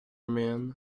man